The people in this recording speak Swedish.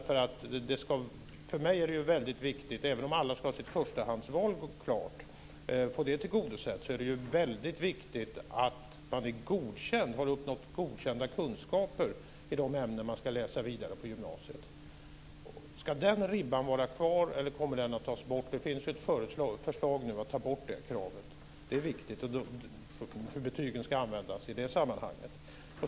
För mig är det väldigt viktigt, även om alla ska få sitt förstahandsval tillgodosett, att man är godkänd, att man har uppnått godkända kunskaper i de ämnen som man ska läsa vidare på gymnasiet. Ska den ribban vara kvar eller kommer den att tas bort? Det finns nu ett förslag om att ta bort det kravet. Det är viktigt hur betygen ska användas i det sammanhanget.